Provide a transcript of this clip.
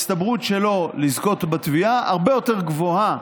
לזכות בתביעה הרבה יותר גבוהה